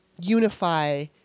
unify